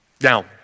Now